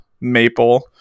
maple